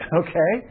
okay